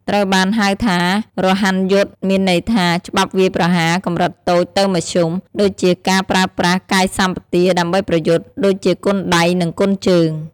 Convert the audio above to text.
ត្រូវបានហៅថា "រហ័នយុទ្ធ" មានន័យថា ច្បាប់វាយប្រហារ កម្រិតតូច ទៅមធ្យម ដូចជាការប្រើប្រាសកាយសម្បទាដើម្បីប្រយុទ្ធ ដូចជាគុនដៃ និងគុនជើង។